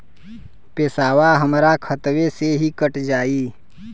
पेसावा हमरा खतवे से ही कट जाई?